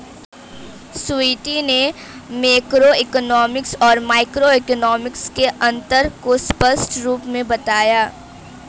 स्वीटी ने मैक्रोइकॉनॉमिक्स और माइक्रोइकॉनॉमिक्स के अन्तर को स्पष्ट रूप से बताया